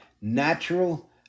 natural